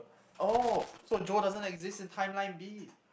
oh so Joe doesn't exist in timeline B